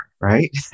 right